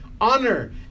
honor